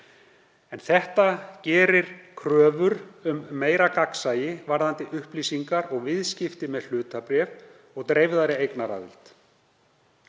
Þetta gerir kröfur um meira gagnsæi varðandi upplýsingar og viðskipti með hlutabréf og dreifðari eignaraðild.